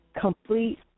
complete